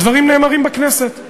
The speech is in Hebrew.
דברים נאמרים בכנסת,